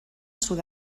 sud